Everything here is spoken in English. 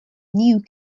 new